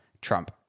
Trump